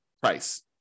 price